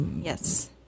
Yes